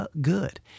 good